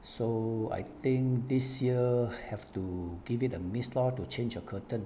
so I think this year have to give it a miss lor to change your curtain